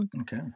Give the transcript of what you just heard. Okay